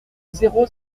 zéro